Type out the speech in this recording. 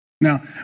Now